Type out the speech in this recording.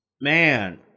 man